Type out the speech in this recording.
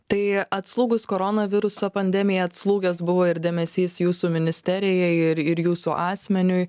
tai atslūgus koronaviruso pandemijai atslūgęs buvo ir dėmesys jūsų ministerijai ir ir jūsų asmeniui